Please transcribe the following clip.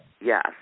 Yes